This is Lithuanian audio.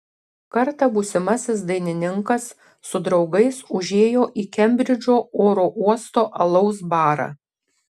kartą būsimasis dainininkas su draugais užėjo į kembridžo oro uosto alaus barą